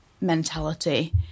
mentality